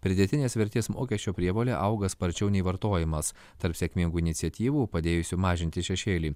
pridėtinės vertės mokesčio prievolė auga sparčiau nei vartojimas tarp sėkmingų iniciatyvų padėjusių mažinti šešėlį